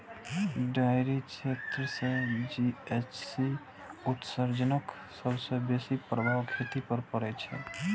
dairy क्षेत्र सं GHC उत्सर्जनक सबसं बेसी प्रभाव खेती पर पड़ै छै